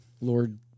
lord